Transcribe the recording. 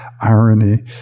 irony